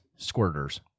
squirters